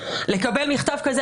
לקבל מכתב כזה?